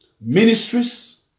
ministries